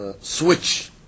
switch